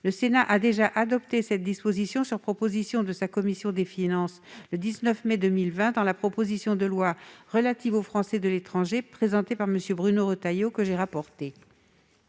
le Sénat a déjà adopté cette disposition sur l'initiative de la commission des finances dans le cadre de la proposition de loi relative aux Français de l'étranger, présentée par M. Bruno Retailleau et dont